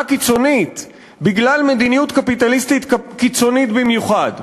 קיצונית בגלל מדיניות קפיטליסטית קיצונית במיוחד,